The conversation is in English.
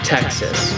Texas